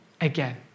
Again